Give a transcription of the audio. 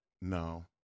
no